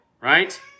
right